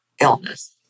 illness